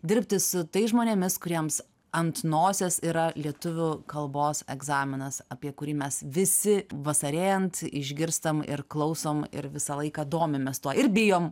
dirbti su tais žmonėmis kuriems ant nosies yra lietuvių kalbos egzaminas apie kurį mes visi vasarėjant išgirstam ir klausom ir visą laiką domimės tuo ir bijom